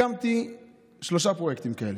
הקמתי שלושה פרויקטים כאלה,